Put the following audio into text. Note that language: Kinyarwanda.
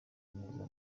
neza